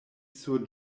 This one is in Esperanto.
sur